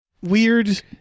Weird